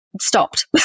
stopped